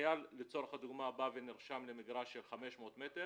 החייל לצורך הדוגמא בא ונרשם למגרש של 500 מטר,